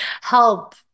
help